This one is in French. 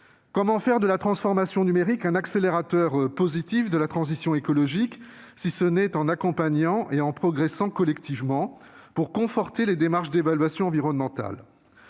Comment faire de la transformation numérique un accélérateur positif de la transition écologique, si ce n'est en accompagnant et en progressant collectivement, pour conforter les démarches d'évaluation environnementale ?